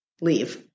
leave